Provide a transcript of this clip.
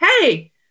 hey